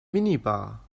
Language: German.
minibar